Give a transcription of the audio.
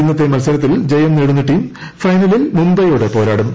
ഇന്നത്തെ മത്സരത്തിൽ ജയം നേടുന്ന ടീം ഫൈനലിൽ മുര്ബൈയോട് പോരാടും